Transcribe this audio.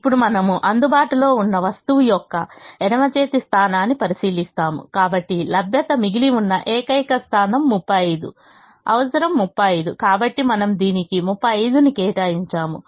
ఇప్పుడు మనము అందుబాటులో ఉన్న వస్తువు యొక్క ఎడమ చేతి స్థానాన్ని పరిశీలిస్తాము కాబట్టి లభ్యత మిగిలి ఉన్న ఏకైక స్థానం 35 అవసరం 35 కాబట్టి మనము దీనికి 35 ని కేటాయించాము